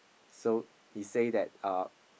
so he say that uh